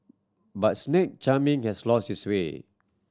but snake charming has lost its sway